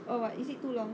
oh but is it too long